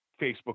Facebook